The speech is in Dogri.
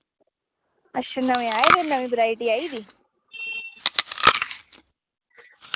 अच्छा नमें आये दे नमीं वैरायटी आई दी